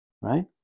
right